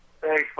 Thanks